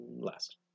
last